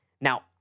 Now